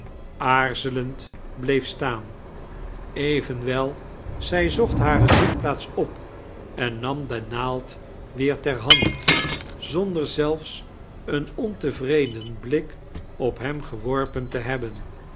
aarzelend bleef staan evenwel zij zocht hare zitplaats op en nam de naald weer ter hand zonder zelfs een ontevreden blik op hem geworpen te hebben